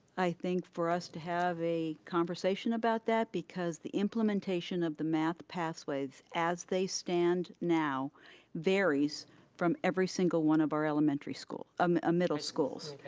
i think, for us to have a conversation about that, because the implementation of the math pathways as they stand now varies from every single one of our elementary schools, um ah middle schools.